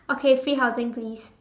okay free housing please